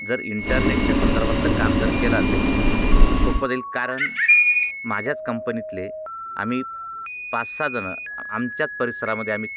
जर इंटरनेटच्या संदर्भातलं काम जर केलं असेल तर सोपं जाईल कारण माझ्याच कंपनीतले आम्ही पाच सहाजण आमच्याच परिसरामध्ये आम्ही